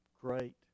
great